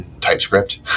TypeScript